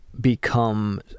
become